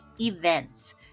events